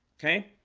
okay?